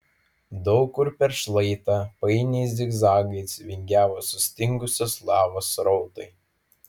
daug kur per šlaitą painiais zigzagais vingiavo sustingusios lavos srautai